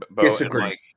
Disagree